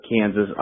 Kansas